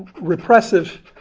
repressive